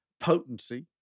potency